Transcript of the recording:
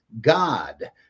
God